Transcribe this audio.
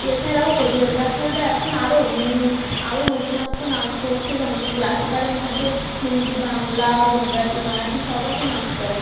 এছাড়াও কোরিওগ্রাফাররা এখন আরও আরও নতুনত্ব নাচ করছে যেমন ক্লাসিক্যালের মধ্যে হিন্দি বাংলা গুজরাটি মারাঠি সব রকম নাচ পড়ে